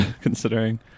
considering